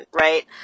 right